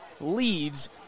leads